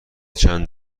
چند